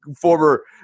former